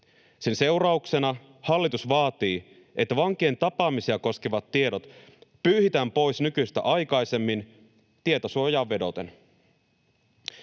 Sen seurauksena hallitus vaatii, että vankien tapaamisia koskevat tiedot pyyhitään pois nykyistä aikaisemmin tietosuojaan vedoten.